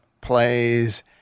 plays